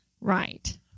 Right